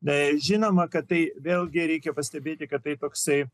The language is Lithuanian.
žinoma kad tai vėlgi reikia pastebėti kad tai toksai